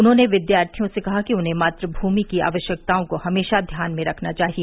उन्होंने विद्यार्थियों से कहा कि उन्हें मातृभूमि की आवश्यकताओं को हमेशा ध्यान में रखना चाहिए